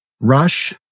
Rush